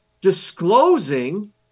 disclosing